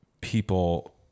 people